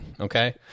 Okay